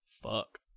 Fuck